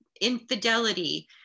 infidelity